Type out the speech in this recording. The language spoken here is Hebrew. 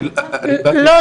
אני --- לא,